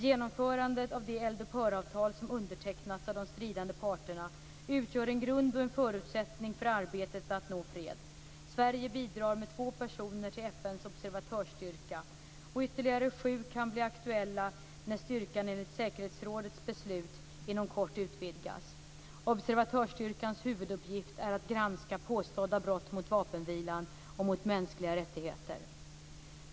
Genomförandet av det eldupphöravtal som undertecknats av de stridande parterna utgör en grund och en förutsättning för arbetet att nå fred. Sverige bidrar med två personer till FN:s observatörsstyrka. Ytterligare sju kan bli aktuella när styrkan, enligt säkerhetsrådets beslut, inom kort utvidgas. Observatörsstyrkans huvuduppgift är att granska påstådda brott mot vapenvilan och mot mänskliga rättigheter.